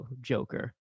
joker